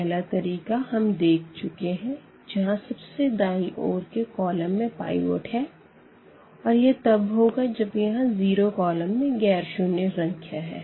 पहला तरीका हम देख चुके हैं जहां सबसे दायीं ओर के कॉलम में पाइवट है और यह तब होगा जब यहाँ जीरो कॉलम में गैर शून्य संख्या है